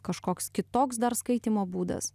kažkoks kitoks dar skaitymo būdas